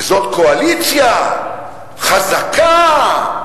וזאת קואליציה חזקה,